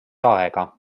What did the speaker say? aega